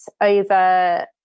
over